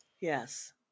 Yes